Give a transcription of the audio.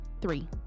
Three